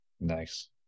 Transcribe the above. Nice